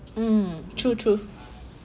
um true truth